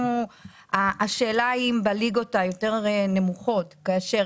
השאלה אם בליגות היותר נמוכות כאשר